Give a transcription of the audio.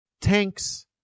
tanks